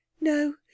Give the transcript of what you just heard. No